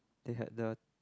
they had the